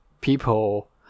people